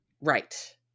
Right